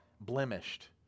blemished